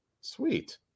Sweet